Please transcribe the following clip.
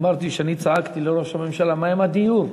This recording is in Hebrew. אמרתי שאני צעקתי לראש הממשלה: מה עם הדיור?